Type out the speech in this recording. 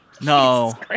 No